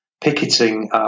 picketing